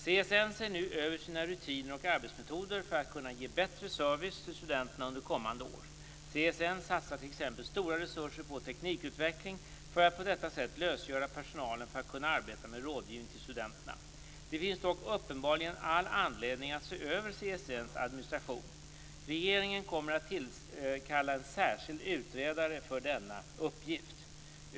CSN ser nu över sina rutiner och arbetsmetoder för att kunna ge bättre service till studenterna under kommande år. CSN satsar t.ex. stora resurser på teknikutveckling för att på detta sätt lösgöra personalen för att kunna arbeta med rådgivning till studenterna. Det finns dock uppenbarligen all anledning att se över CSN:s administration. Regeringen kommer att tillkalla en särskild utredare för denna uppgift.